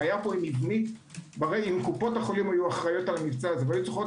אם קופות החולים היו אחראיות על המבצע והיו צריכות